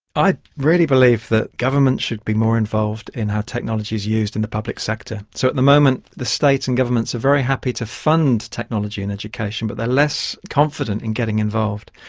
i really believe that governments should be more involved in how technology is used in the public sector. so at the moment the state and governments are very happy to fund technology in education, but they are less confident in getting involved.